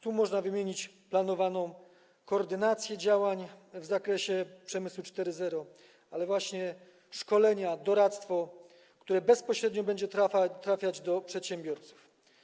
Tu można wymienić planowaną koordynację działań w zakresie przemysłu 4.0, szkolenia, doradztwo, które bezpośrednio będą trafiać do przedsiębiorców.